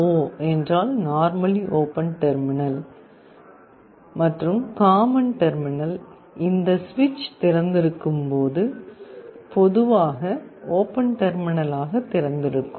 NO என்றால் normally open terminal மற்றும் common terminal இந்த சுவிட்ச் திறந்திருக்கும் போது பொதுவாக ஓப்பன் டெர்மினல் ஆக திறந்திருக்கும்